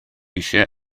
eisiau